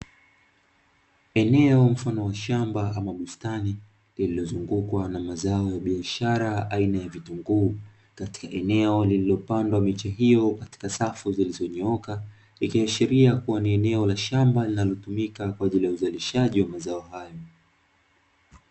Eneo mfano wa shamba ama bustani, lililozungukwa na mazao ya biashara aina ya vitunguu, katika eneo lililopandwa miche hiyo katika safu zilizonyooka, ikiashiria kuwa ni eneo la shamba linalotumika kwa ajili ya uzalishaji wa mazao hayo.